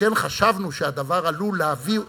שכן חשבנו, הבטיחו לנו,